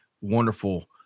wonderful